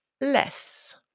less